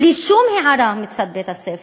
בלי שום הערה מצד בית-הספר,